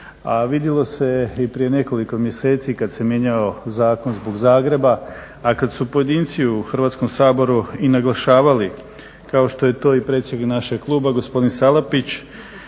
a vidjelo se i prije nekoliko mjeseci kad se mijenjao zakon zbog Zagreba, a kad su pojedinci u Hrvatskom saboru i naglašavali kao što je to i predsjednik našeg kluba gospodin Salapić,